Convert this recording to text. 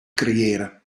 creëren